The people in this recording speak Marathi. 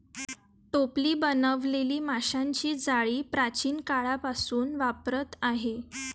टोपली बनवलेली माशांची जाळी प्राचीन काळापासून वापरात आहे